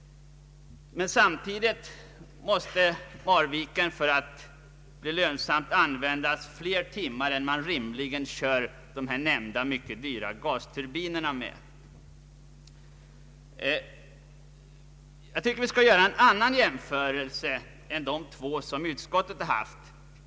Men samtidigt måste Marviken för att bli lönsamt användas flera timmar än man rimligen kör de nämnda mycket dyra gasturbinerna. Jag tycker vi skall göra en annan jämförelse än de två som utskottet gjort.